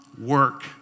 work